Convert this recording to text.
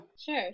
Sure